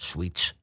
Sweets